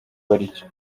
baricyo